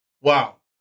Wow